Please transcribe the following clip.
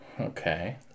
Okay